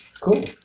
cool